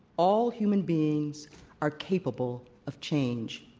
all human beings are capable of change.